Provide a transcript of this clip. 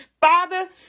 Father